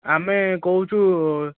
ଆମେ କହୁଛୁ